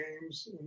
games